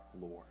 Lord